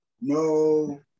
no